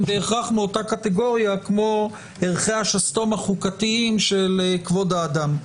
בהכרח מאותה קטגוריה כמו ערכי השסתום החוקתיים של כבוד האדם.